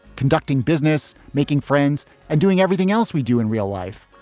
conducting business, making friends and doing everything else we do in real life.